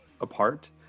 apart